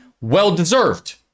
Well-deserved